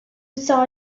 saw